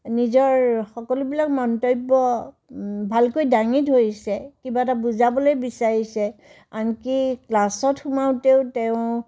নিজৰ সকলোবিলাক মন্তব্য ভালকৈ দাঙি ধৰিছে কিবা এটা বুজাবলৈ বিচাৰিছে আনকি ক্লাছত সোমাওঁতেও তেওঁ